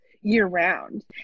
year-round